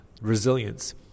resilience